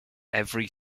every